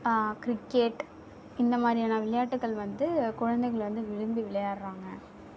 cricket இந்தமாதிரியான விளையாட்டுக்கள் வந்து குழந்தைகள் வந்து விரும்பி விளையாட்றாங்க